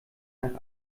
nach